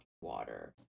water